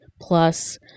plus